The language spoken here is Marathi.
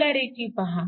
पोलॅरिटी पहा